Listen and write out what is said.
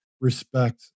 respect